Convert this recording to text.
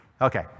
Okay